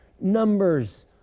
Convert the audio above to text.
numbers